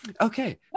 Okay